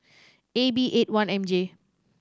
A B eight one M J